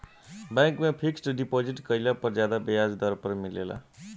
bank में fixed deposit कईला पर ज्यादा ब्याज दर मिलेला